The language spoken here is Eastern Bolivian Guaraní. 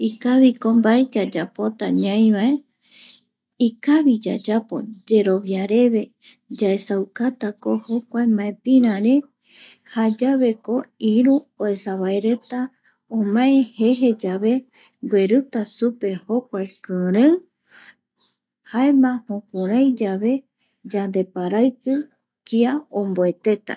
Ikaviko mbae yayapota ñaivae ikavi yayapo, yeroviareve yaesaukatako jokua maepirare jayaveko iru oesa vae reta omae jeje yave gueruta supe jokua kirei jaema jukuraiyave yandeparaiki kia oboeteta